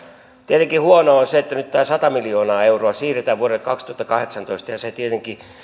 tietenkin huonoa on se että nyt tämä sata miljoonaa euroa siirretään vuodelle kaksituhattakahdeksantoista ja se tietenkin